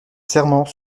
serment